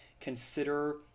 consider